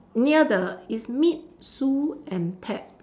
near the it's meet Sue and Ted